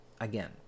again